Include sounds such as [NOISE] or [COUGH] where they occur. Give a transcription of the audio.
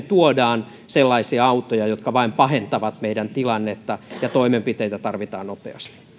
[UNINTELLIGIBLE] tuodaan sellaisia autoja jotka vain pahentavat meidän tilannetta ja toimenpiteitä tarvitaan nopeasti